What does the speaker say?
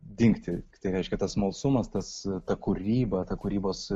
dingti tai reiškia tas smalsumas tas ta kūryba ta kūrybos